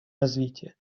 развития